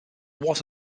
was